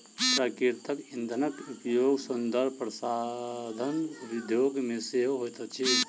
प्राकृतिक इंधनक उपयोग सौंदर्य प्रसाधन उद्योग मे सेहो होइत अछि